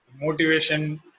motivation